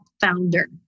founder